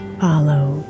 follow